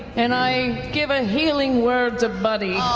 and i give a healing word to buddy.